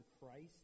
Christ